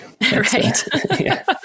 Right